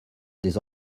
des